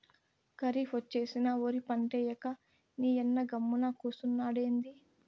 కరీఫ్ ఒచ్చేసినా ఒరి పంటేయ్యక నీయన్న గమ్మున కూసున్నాడెంది